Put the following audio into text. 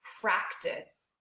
practice